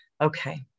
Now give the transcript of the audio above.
okay